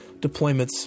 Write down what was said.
deployments